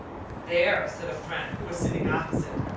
there, said a friend who was sitting opposite,